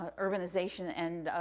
ah urbanization and,